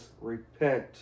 Repent